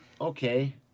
Okay